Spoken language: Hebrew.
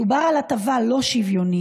מדובר על הטבה לא שוויונית,